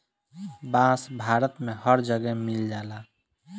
बांस भारत में हर जगे मिल जाला